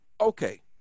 Okay